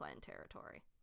territory